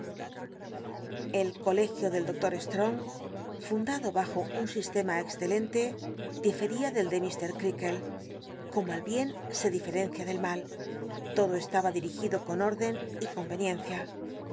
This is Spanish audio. el colegio del doctor sh'ong fundado bajo un sistema excelente di feria del de mr crea kle como el bien se diferencia del mal todo estaba dirigido con órden y conveniencia